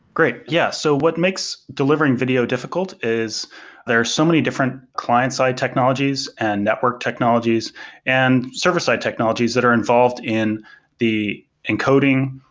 great. yeah, so what makes delivering video difficult is there are so many different client-side technologies and network technologies and server-side technologies that are involved in the encoding,